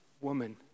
woman